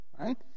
right